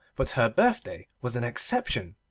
but her birthday was an exception,